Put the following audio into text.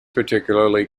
particularly